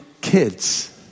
kids